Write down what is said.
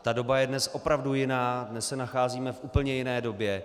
Ta doba je dnes opravdu jiná, dnes se nacházíme v úplně jiné době.